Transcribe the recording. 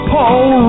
Paul